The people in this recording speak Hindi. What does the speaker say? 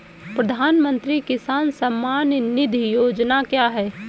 प्रधानमंत्री किसान सम्मान निधि योजना क्या है?